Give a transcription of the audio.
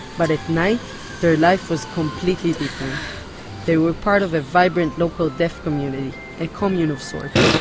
but at night their life was completely different they were part of a vibrant local deaf community a commune of sorts,